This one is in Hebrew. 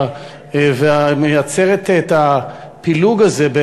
והמייצרת את הפילוג הזה,